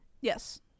Yes